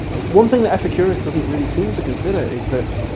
one thing that epicurus doesn't really seem to consider is that